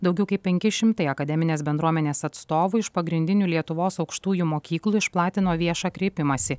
daugiau kaip penki šimtai akademinės bendruomenės atstovų iš pagrindinių lietuvos aukštųjų mokyklų išplatino viešą kreipimąsi